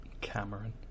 Cameron